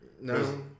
No